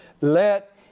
let